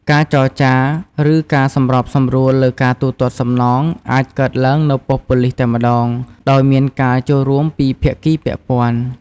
ការចរចា ឬការសម្របសម្រួលលើការទូទាត់សំណងអាចកើតឡើងនៅប៉ុស្តិ៍ប៉ូលិសតែម្តង ដោយមានការចូលរួមពីភាគីពាក់ព័ន្ធ។